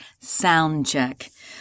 soundcheck